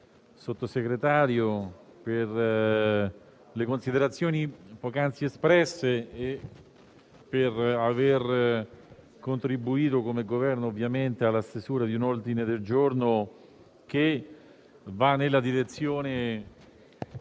Sottosegretario per le considerazioni poc'anzi espresse e per aver contribuito, a nome del Governo, alla stesura di un ordine del giorno che va nella direzione